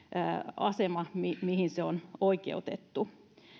aseman mihin mihin se on oikeutettu